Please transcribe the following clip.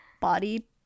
body